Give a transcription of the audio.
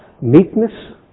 meekness